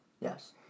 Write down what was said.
Yes